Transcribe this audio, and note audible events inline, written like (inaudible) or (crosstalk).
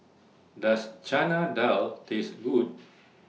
Does Chana Dal Taste Good (noise)